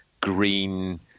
green –